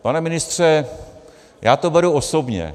Pane ministře, já to beru osobně.